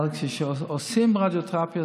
אבל כשעושים רדיותרפיה,